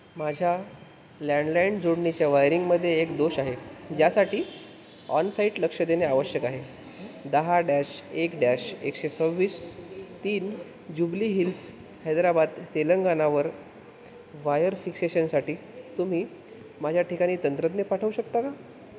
माझ्या लँडलाईन जोडणीच्या वायरिंगमध्ये एक दोष आहे ज्यासाठी ऑनसाईट लक्ष देणे आवश्यक आहे दहा डॅश एक डॅश एकशे सव्वीस तीन जुबली हिल्स हैदराबाद तेलंगणावर वायर फिक्सेशनसाठी तुम्ही माझ्या ठिकाणी तंत्रज्ञ पाठवू शकता का